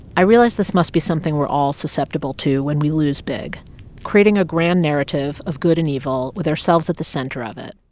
i realized this must be something we're all susceptible to when we lose big creating a grand narrative of good and evil with ourselves at the center of it.